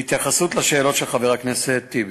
בהתייחסות לשאלות של חבר הכנסת טיבי: